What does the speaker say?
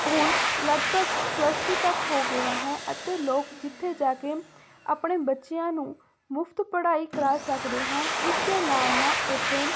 ਹੁਣ ਲਗਭਗ plus two ਤੱਕ ਹੋ ਗਿਆ ਹੈ ਅਤੇ ਲੋਕ ਜਿੱਥੇ ਜਾ ਕੇ ਆਪਣੇ ਬੱਚਿਆਂ ਨੂੰ ਮੁਫ਼ਤ ਪੜ੍ਹਾਈ ਕਰਾ ਸਕਦੇ ਹਨ ਇਸ ਦੇ ਨਾਲ ਨਾਲ ਉੱਥੇ